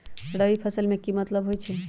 रबी फसल के की मतलब होई छई?